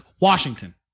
Washington